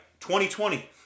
2020